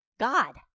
God